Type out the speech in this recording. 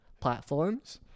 platforms